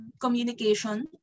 communication